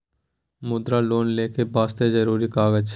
मुद्रा लोन लेके वास्ते जरुरी कागज?